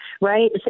right